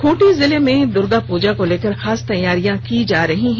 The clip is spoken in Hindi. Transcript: खूंटी जिले में दुर्गा पूजा को लेकर खास तैयारियां की जा रही हैं